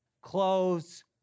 clothes